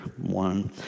one